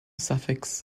suffix